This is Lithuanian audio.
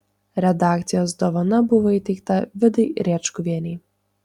redakcijos dovana buvo įteikta vidai rėčkuvienei